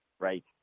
Right